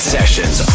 Sessions